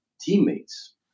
teammates